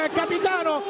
capitano